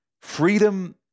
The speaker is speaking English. Freedom